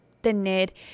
tener